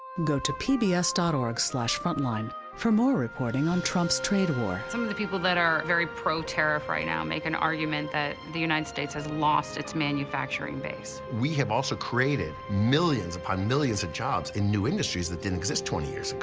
go to pbs dot org slash frontline for more reporting on trump's trade war. some of the people that are very pro-tariff right now make an argument that the united states has lost its manufacturing base. we have also created millions upon millions of jobs in new industries that didn't exist twenty years ago.